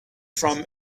from